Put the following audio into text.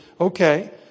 okay